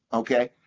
ok?